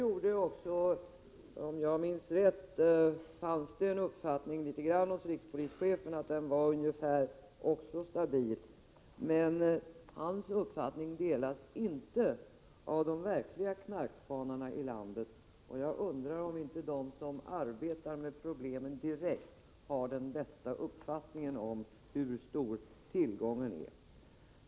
Om jag minns rätt, hade rikspolischefen uppfattningen att tillgången var stabil, men hans uppfattning delas inte av de verkliga knarkspanarna i landet, och jag undrar om inte de som arbetar med problemen direkt har den bästa uppfattningen om hur stor tillgången är.